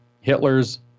Hitler's